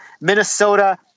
Minnesota